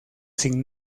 sin